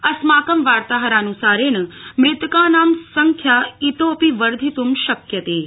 अस्माकं वार्ताहरानुसारेण मृतकानां संख्या इतो ंपि वर्धित्म् शक्ष्यन्ते